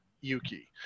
yuki